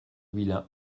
vilain